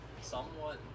somewhat